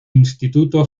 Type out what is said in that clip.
instituto